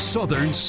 Southern